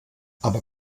aber